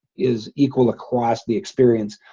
is equal across the experience?